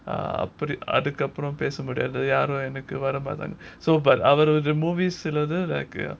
uh அதுக்கு அப்புறம் பேச முடியாது யாரும் எனக்கு வர மாட்டாங்க:adhuku apuram pesa mudiathu yarum enaku vara matanga so but அவரு:avaru movies சிலது:silathu like uh